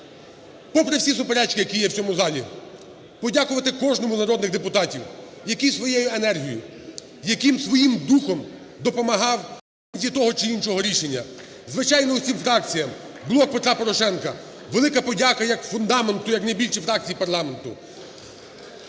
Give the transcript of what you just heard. попри всі суперечки, які є в цьому залі, подякувати кожному з народних депутатів, які своєю енергією, які своїм духом допомагав в прийнятті того чи іншого рішення, звичайно, усім фракціям. "Блок Петра Порошенка", велика подяка як фундаменту, як найбільшій фракції парламенту.